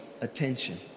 attention